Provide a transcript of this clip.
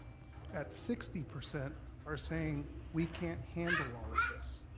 at sixty percent are saying we can't handle all of this.